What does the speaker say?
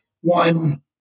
one